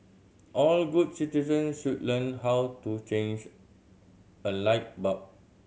all good citizen should learn how to change a light bulb